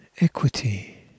equity